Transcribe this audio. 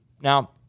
Now